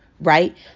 right